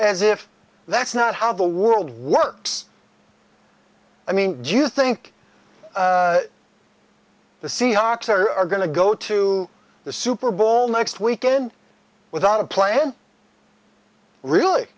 as if that's not how the world works i mean do you think the seahawks are going to go to the super bowl next weekend without a plan really